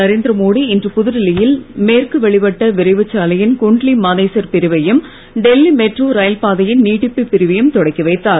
நரேந்திரமோடி இன்று புதுடில்லியில் மேற்கு வெளிவட்ட விரைவுச் சாலையின் குன்ட்லி மானேசர் பிரிவையும் டெல்லி மெட்ரோ ரயில் பாதையின் நீட்டிப்புப் பிரிவையும் தொடக்கி வைத்தார்